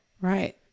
Right